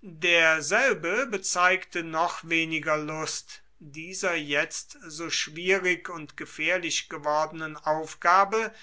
derselbe bezeigte noch weniger lust dieser jetzt so schwierig und gefährlich gewordenen aufgabe